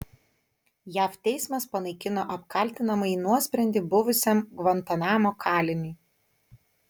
jav teismas panaikino apkaltinamąjį nuosprendį buvusiam gvantanamo kaliniui